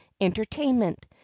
entertainment